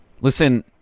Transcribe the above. Listen